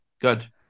Good